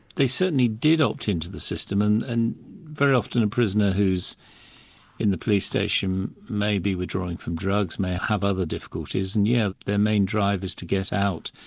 they certainly did opt in to the system, and and very often a prisoner who's in the police station may be withdrawing from drugs, may have other difficulties, and yeah their main drive is to get out.